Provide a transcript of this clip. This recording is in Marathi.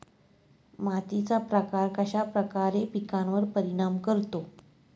मातीचा प्रकार कश्याप्रकारे पिकांवर परिणाम करतो?